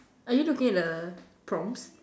are you looking at the prompts